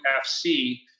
FC